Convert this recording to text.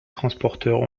transporteurs